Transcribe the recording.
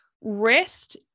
rest